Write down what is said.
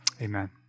amen